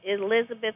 Elizabeth